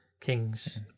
kings